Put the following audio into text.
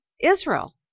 Israel